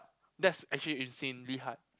that's actually insanely hard